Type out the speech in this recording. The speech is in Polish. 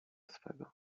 swego